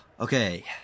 Okay